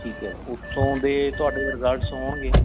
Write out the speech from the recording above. ਠੀਕ ਹੈ ਉੱਥੋਂ ਦੇ ਤੁਹਾਡੇ ਰਿਜਲਟਸ ਹੋਣਗੇ